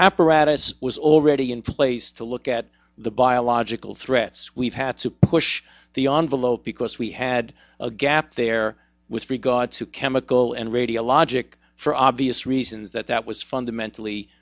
apparatus was already in place to look at the biological threats we've had to push the envelope because we had a gap there there with regard to chemical and radiologic for obvious reasons that that was fundamentally